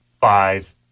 five